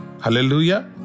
Hallelujah